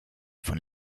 von